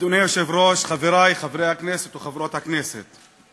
אדוני היושב-ראש, חברי חברי הכנסת וחברות הכנסת,